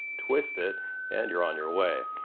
twist it and you're on your way.